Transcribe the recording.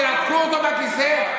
תנתקו אותו מהכיסא,